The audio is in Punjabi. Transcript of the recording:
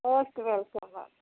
ਮੋਸਟ ਵੈਲਕਮ ਆ